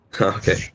Okay